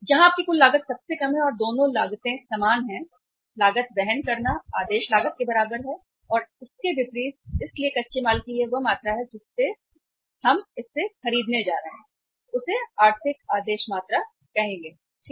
जहां आपकी कुल लागत सबसे कम है और दोनों लागतें वे समान हैं लागत वहन करना आदेश लागत के बराबर है और इसके विपरीत इसलिए कच्चे माल की यह मात्रा जिसे हम इस से खरीदने जा रहे हैं उसे आर्थिक आदेश मात्रा कहा जाता है सही